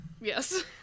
yes